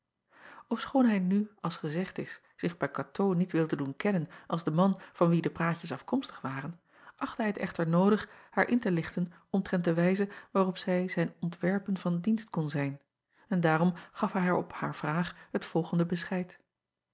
fschoon hij nu als gezegd is zich bij atoo niet wilde doen kennen als den man van wien de praatjes afkomstig acob van ennep laasje evenster delen waren achtte hij t echter noodig haar in te lichten omtrent de wijze waarop zij zijn ontwerpen van dienst kon zijn en daarom gaf hij haar op haar vraag het volgende bescheid